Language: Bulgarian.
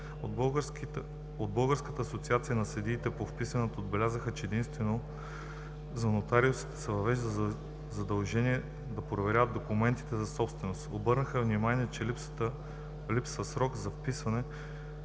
От Българската асоциацията на съдиите по вписванията отбелязаха, че единствено за нотариусите се въвежда задължение да проверяват документите за собственост. Обърнаха внимание, че липсва срок за вписването,